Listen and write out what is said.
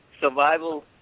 survival